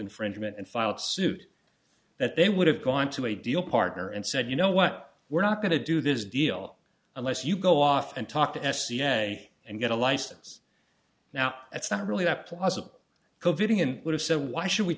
infringement and filed suit that they would have gone to a deal partner and said you know what we're not going to do this deal unless you go off and talk to s c a and get a license now that's not really up to wasn't covidien would have said why should we